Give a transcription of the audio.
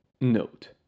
Note